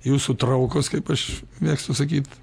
jūsų traukos kaip aš mėgstu sakyt